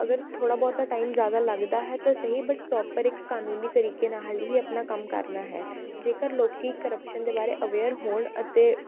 ਅਗਰ ਥੋੜ੍ਹਾ ਬਹੁਤਾ ਟਾਈਮ ਜ਼ਿਆਦਾ ਲੱਗਦਾ ਹੈ ਤਾਂ ਸਹੀ ਬਟ ਪਰੋਪਰ ਇੱਕ ਕਾਨੂੰਨੀ ਤਰੀਕੇ ਨਾਲ਼ ਹੀ ਆਪਣਾ ਕੰਮ ਕਰਨਾ ਹੈ ਜੇਕਰ ਲੋਕੀ ਕਰਪਸ਼ਨ ਦੇ ਬਾਰੇ ਅਵੇਅਰ ਹੋਣ ਅਤੇ